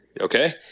okay